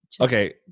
Okay